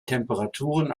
temperaturen